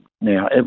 now